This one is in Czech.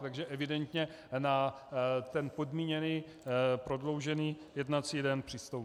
Takže evidentně na ten podmíněný prodloužený jednací den přistoupil.